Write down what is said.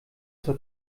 zur